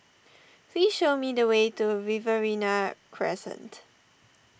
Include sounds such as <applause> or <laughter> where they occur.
<noise> please show me the way to Riverina Crescent